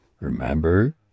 Remember